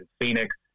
Phoenix